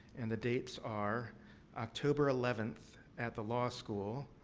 and, the dates are october eleventh at the law school,